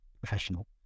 professional